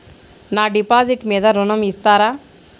నా డిపాజిట్ మీద ఋణం ఇస్తారా?